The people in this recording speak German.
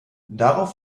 darauf